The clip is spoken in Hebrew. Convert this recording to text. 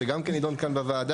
שגם כן נידון כאן בוועדה.